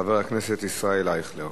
חבר הכנסת ישראל אייכלר,